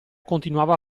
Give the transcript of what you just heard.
continuava